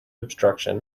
obstruction